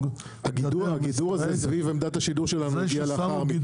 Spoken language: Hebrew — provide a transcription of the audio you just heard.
הגידור הזה סביב עמדת השידור שלנו הגיעו לאחר מכן,